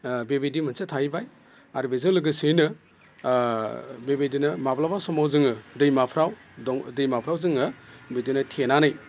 बेबायदि मोनसे थाहैबाय आरो बेजों लोगोसेयैनो बेबायदिनो माब्लाबा समाव जोङो दैमाफ्राव जोङो बिदिनो थेनानै